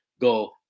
go